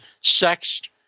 sexed